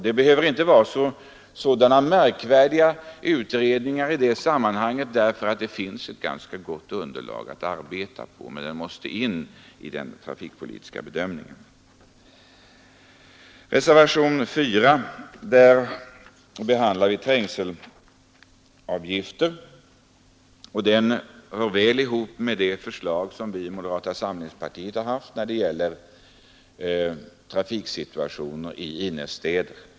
Det behöver inte vara sådana märkvärdiga utredningar i det sammanhanget, eftersom det finns ett ganska gott underlag att arbeta på, men detta måste in i den trafikpolitiska bedömningen. I reservationen 4 behandlar vi trängselavgifter, och den reservationen går väl ihop med ett förslag som vi i moderata samlingspartiet har haft när det gäller trafiksituationen i innerstäder.